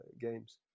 games